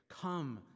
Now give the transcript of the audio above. Come